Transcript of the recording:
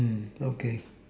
okay